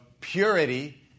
purity